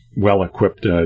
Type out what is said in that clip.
well-equipped